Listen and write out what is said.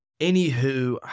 anywho